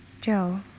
Joe